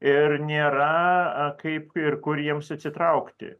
ir nėra kaip ir kur jiems atsitraukti